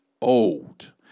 old